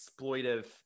exploitive